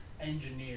engineer